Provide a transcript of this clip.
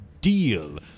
deal